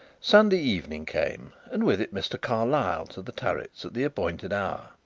sunday evening came, and with it mr. carlyle to the turrets at the appointed hour.